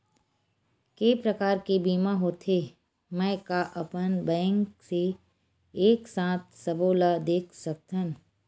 के प्रकार के बीमा होथे मै का अपन बैंक से एक साथ सबो ला देख सकथन?